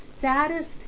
saddest